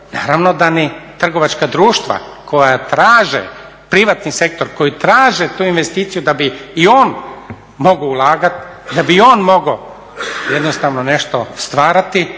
naravno da ni trgovačka društva koja traže privatni sektor, koji traže tu investiciju da bi i on mogao ulagati, da bi i on mogao jednostavno nešto stvarati